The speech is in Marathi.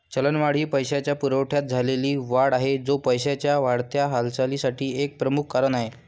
चलनवाढ ही पैशाच्या पुरवठ्यात झालेली वाढ आहे, जो पैशाच्या वाढत्या हालचालीसाठी एक प्रमुख कारण आहे